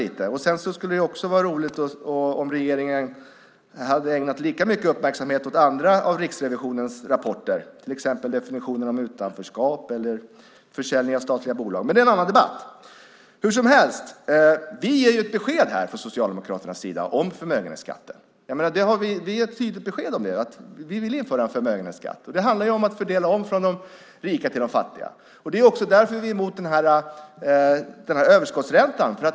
Det skulle också vara roligt om regeringen hade ägnat lika mycket uppmärksamhet åt andra rapporter från Riksrevisionen, som definitionen av utanförskap eller försäljning av statliga bolag. Men det är en annan debatt. Från Socialdemokraternas sida ger vi ju besked om förmögenhetsskatten. Vi ger ett tydligt besked om att vi vill införa en förmögenhetsskatt. Det handlar om att fördela om från de rika till de fattiga. Därför är vi emot överskottsräntan.